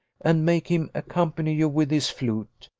and make him accompany you with his flute.